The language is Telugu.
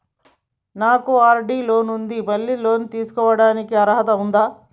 నాకు ఆల్రెడీ లోన్ ఉండి మళ్ళీ లోన్ తీసుకోవడానికి అర్హత ఉందా?